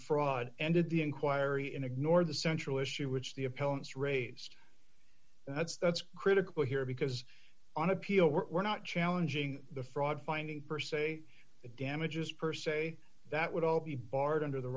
fraud ended the inquiry in ignore the central issue which the opponents raised that's that's critical here because on appeal we're not challenging the fraud finding per se it damages per se that would all be barred under the